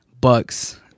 Bucks